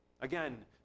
Again